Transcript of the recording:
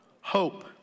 Hope